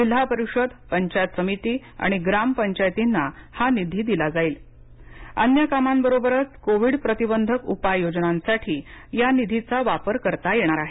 जिल्हा परिषद पंचायत समिती आणि ग्राम पंचायतींना हा निधी दिला जाईल अन्य कामांबरोबरच कोविड प्रतिबंधक उपाय योजनांसाठी या निधीचा वापर करता येणार आहे